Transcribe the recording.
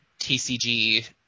TCG